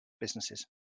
businesses